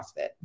CrossFit